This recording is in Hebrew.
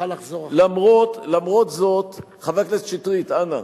חבר הכנסת שטרית, אנא.